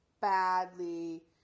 badly